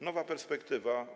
Nowa perspektywa.